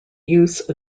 use